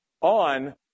on